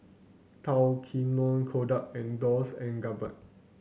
Tao Kae Noi Kodak and Dolce and